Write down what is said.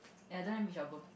i don't like mitch-albom